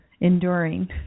enduring